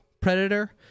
predator